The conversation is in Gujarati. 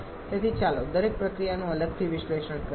તેથી ચાલો દરેક પ્રક્રિયાનું અલગથી વિશ્લેષણ કરીએ